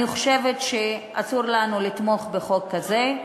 אני חושבת שאסור לנו לתמוך בחוק הזה.